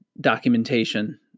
documentation